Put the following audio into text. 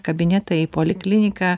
kabinetą į polikliniką